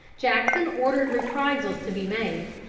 jackson ordered reprisals to be made,